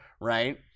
Right